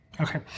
Okay